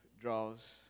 draws